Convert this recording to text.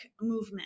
movement